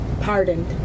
pardoned